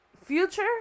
Future